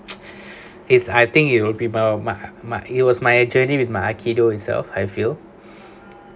is I think you'd be about my my it was my journey with my akido itself I feel